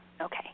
Okay